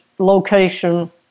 location